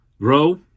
grow